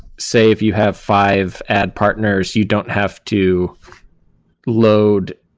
say, if you have five ad partners, you don't have to load